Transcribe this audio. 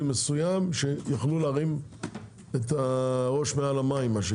מסוים שיוכלו להרים את הראש מעל המים.